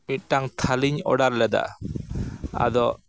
ᱢᱤᱫᱴᱟᱝ ᱛᱷᱟᱹᱞᱤᱧ ᱚᱰᱟᱨ ᱞᱮᱫᱟ ᱟᱫᱚ